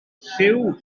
lliw